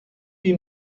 hier